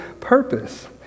purpose